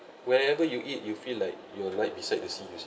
wherever you eat you feel like you're right beside the sea you see